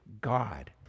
God